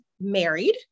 married